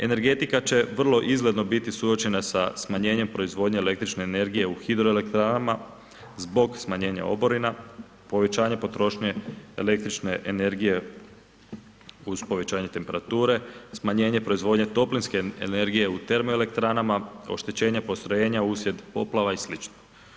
Energetika će vrlo izgledno biti suočena sa smanjenjem proizvodnje električne energije u hidroelektranama zbog smanjenja oborina, povećanje potrošnje električne energije uz povećanje temperature, smanjenje proizvodnje toplinske energije u termoelektranama, oštećenja postrojenja uslijed poplava i slično.